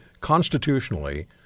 constitutionally